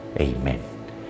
Amen